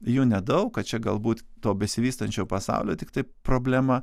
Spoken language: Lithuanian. jų nedaug kad čia galbūt to besivystančio pasaulio tiktai problema